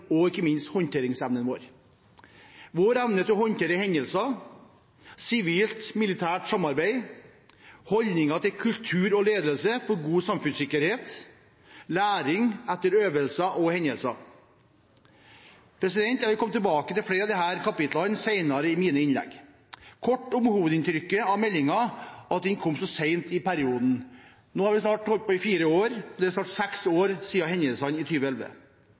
og ikke minst håndteringsevnen vår: vår evne til å håndtere hendelser, sivilt-militært samarbeid, holdninger, kultur og ledelse for en god samfunnssikkerhet og læring etter øvelser og hendelser. Jeg vil komme tilbake til flere av disse kapitlene senere i mine innlegg. Kort om hovedinntrykket av meldingen og at den kom så sent i perioden: Nå har vi snart holdt på i fire år, og det er snart seks år siden hendelsene i